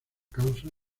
causa